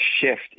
shift